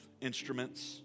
instruments